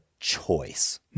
choice